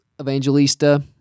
Evangelista